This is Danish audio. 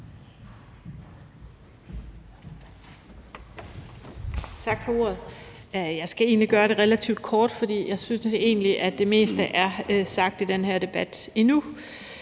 Tak for ordet. Jeg skal gøre det relativt kort, for jeg synes egentlig, det meste allerede er sagt i den her debat.